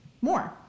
more